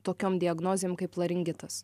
tokiom diagnozėm kaip laringitas